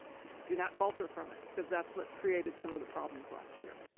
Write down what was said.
just do not falter from it, cause that's what created some of the problems last year.